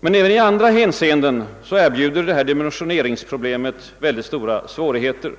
Men även i andra hänseenden erbjuder dessa dimensioneringsproblem betydande svårigheter.